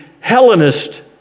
Hellenist